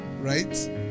right